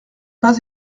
pas